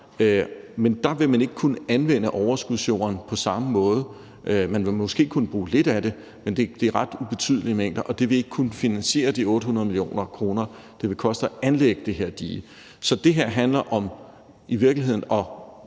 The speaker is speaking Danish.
Men der vil man ikke kunne anvende overskudsjorden på samme måde. Man vil måske kunne bruge lidt af den, men det er ret ubetydelige mængder, og det vil ikke kunne finansiere de 800 mio. kr., det vil koste at anlægge det her dige. Så det her handler i virkeligheden om